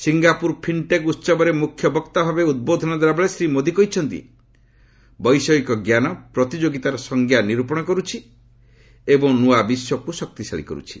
Singapore ଫିଶ୍ଚେକ ଉତ୍ସବରେ ମୁଖ୍ୟବକ୍ତା ଭାବେ ଉଦ୍ବୋଧନ ଦେଲାବେଳେ ଶ୍ରୀ ମୋଦି କହିଛନ୍ତି ବୈଷୟିକ ଜ୍ଞାନ ପ୍ରତିଯୋଗିତାର ସଂଜ୍ଞା ନିର୍ଦ୍ଦେଶ କରୁଛି ଏବଂ ନୂଆ ବିଶ୍ୱକୁ ଶକ୍ତିଶାଳୀ କରୁଛି